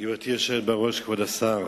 גברתי היושבת-ראש, כבוד השר,